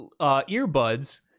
earbuds